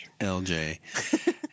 lj